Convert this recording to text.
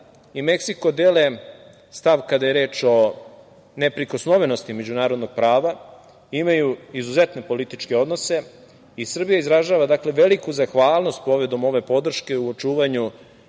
i Meksiko dele stav kada je reč o neprikosnovenosti međunarodnog prava. Imaju izuzetne političke odnose i Srbija izražava veliku zahvalnost povodom ove podrške o očuvanju